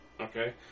Okay